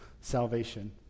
salvation